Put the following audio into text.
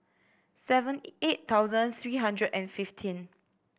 seven eight thousand three hundred and fifteen